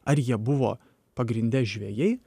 ar jie buvo pagrinde žvejai